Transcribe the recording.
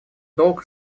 долг